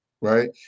Right